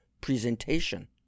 presentation